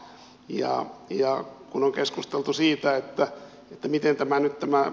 kun on keskusteltu siitä että miten tämä mittava